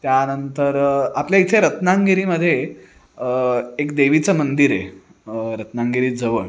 त्यानंतर आपल्या इथे रत्नागिरीमध्ये एक देवीचं मंदिर आहे रत्नांगिरीजवळ